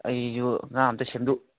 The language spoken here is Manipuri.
ꯑꯩꯁꯨ ꯉꯥ ꯑꯃꯨꯛꯇꯪ ꯁꯦꯝꯗꯣꯛꯀꯦ